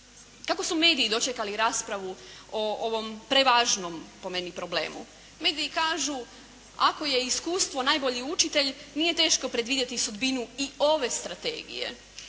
Kako su mediji dočekali raspravu o ovom prevažnom po meni problemu? Mediji kažu ako je iskustvo najbolji učitelj nije teško predvidjeti sudbinu i ove strategije.